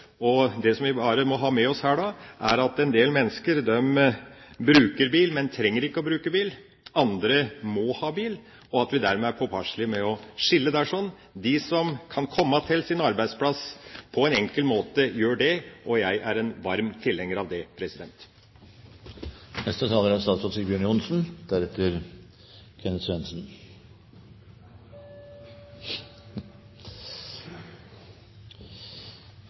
og det som vi må ha med oss her da, er at en del mennesker ikke trenger å bruke bil, mens andre må bruke bil, og at vi dermed må være påpasselige med å skille mellom dem som kan komme til sin arbeidsplass på en enkel måte, og dem som ikke gjør det; jeg er en varm tilhenger av det.